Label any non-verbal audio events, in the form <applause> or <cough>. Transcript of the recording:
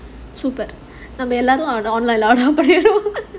super எல்லோரும்:ellorum online எல்லோரும்:ellorum <laughs>